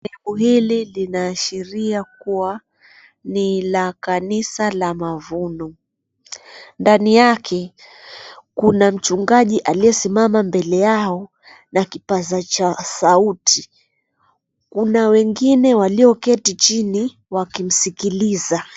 Jengo hili linaashiria kuwa ni la kanisa la mavuno. Ndani yake kuna mchungaji aliyesimama mbele yao na kipaza cha sauti. Kuna wengine walioketi chini wakimsikiliza.